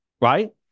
right